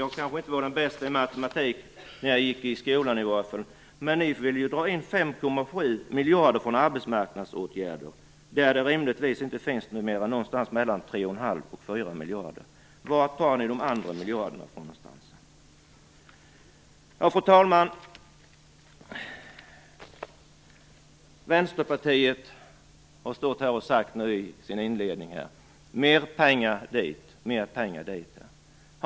Jag kanske inte var den bäste i matematik när jag gick i skolan, men ni vill dra in 5,7 miljarder från arbetsmarknadsåtgärder, där det rimligtvis inte finns mer än något mellan 3 1⁄2 och 4 miljarder. Varifrån tar ni de andra miljarderna? Fru talman! Vänsterpartiets företrädare har i sin inledning sagt: Mer pengar hit och mer pengar dit.